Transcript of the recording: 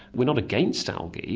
we're not against algae,